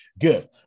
Good